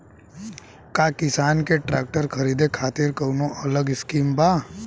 का किसान के ट्रैक्टर खरीदे खातिर कौनो अलग स्किम बा?